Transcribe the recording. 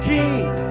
King